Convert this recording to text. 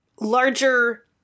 larger